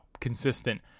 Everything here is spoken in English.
consistent